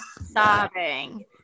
sobbing